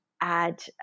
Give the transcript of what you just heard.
add